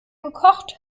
gekocht